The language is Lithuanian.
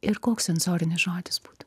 ir koks sensorinis žodis būtų